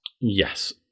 Yes